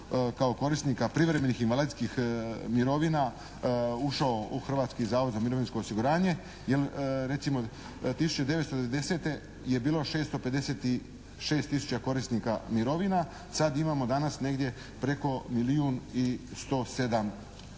dio korisnika privremenih invalidskih mirovina ušao u Hrvatski zavod za mirovinsko osiguranje, jer recimo 1990. je bilo 656 tisuća korisnika mirovina, sada imamo danas negdje preko milijun